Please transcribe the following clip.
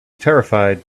terrified